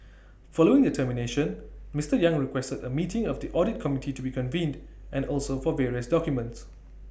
following the termination Mister yang requested A meeting of the audit committee to be convened and also for various documents